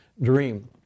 dream